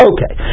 Okay